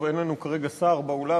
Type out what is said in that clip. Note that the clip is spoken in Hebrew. אין לנו כרגע שר באולם,